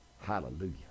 Hallelujah